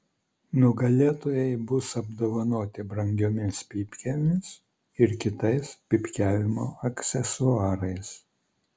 nugalėtojai bus apdovanoti brangiomis pypkėmis ir kitais pypkiavimo aksesuarais